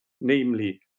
namely